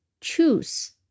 choose